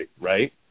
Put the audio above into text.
right